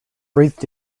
breathe